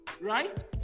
right